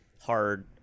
hard